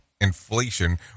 inflation